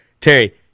Terry